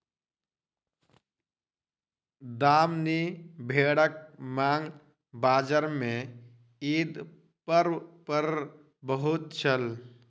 दामनी भेड़क मांग बजार में ईद पर्व पर बहुत छल